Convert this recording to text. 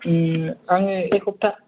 आङो एक हबथा